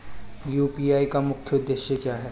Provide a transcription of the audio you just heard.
UPI का मुख्य उद्देश्य क्या है?